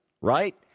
right